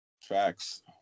Facts